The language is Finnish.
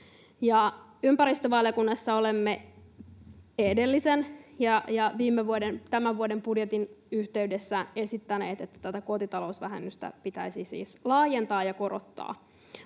Ympäristövaliokunnassa olemme edellisen ja viime vuoden, tämän vuoden budjetin yhteydessä esittäneet, että tätä kotitalousvähennystä pitäisi siis laajentaa ja korottaa.